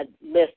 list